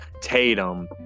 Tatum